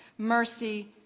mercy